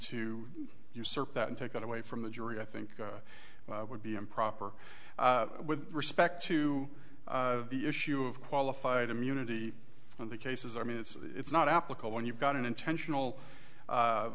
to usurp that and take that away from the jury i think would be improper with respect to the issue of qualified immunity and the cases i mean it's not applicable when you've got an intentional